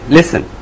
Listen